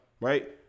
right